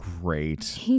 great